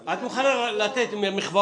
תשובה.